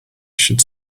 should